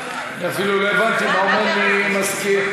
אני אפילו לא הבנתי מה אומר לי המזכיר,